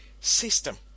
system